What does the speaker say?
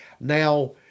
Now